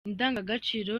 indangagaciro